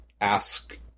ask